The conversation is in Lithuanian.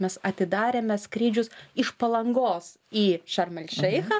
mes atidarėme skrydžius iš palangos į šarm el šeichą